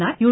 എന്നാൽ യു